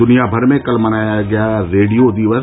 दुनियाभर में कल मनाया गया रेडियो दिवस